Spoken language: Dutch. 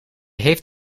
heeft